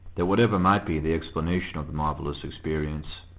that whatever might be the explanation of the marvellous experience,